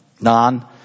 non